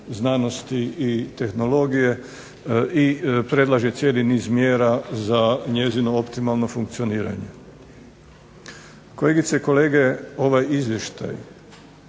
znanosti i tehnologije i predlaže cijeli niz mjera za njezino optimalno funkcioniranje. Kolegice i kolege, ovaj izvještaj